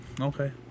Okay